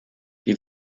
wir